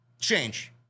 Change